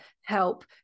help